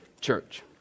Church